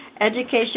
Education